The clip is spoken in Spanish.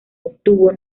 obtuvo